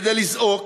כדי לזעוק,